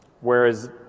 whereas